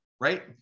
right